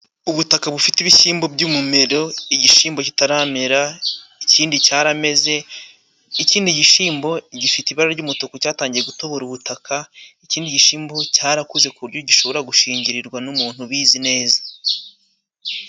Ubutaka bufite ibishyimbo by'umumero, igishimbo kitaramera ikindi cyarameze, ikindi gishimbo gifite ibara ry'umutuku cyatangiye gutobora ubutaka, ikindi gishimbo cyarakuze ku buryo gishobora gushingirirwa n'umuntu ubizi neza.